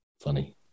Funny